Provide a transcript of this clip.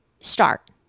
start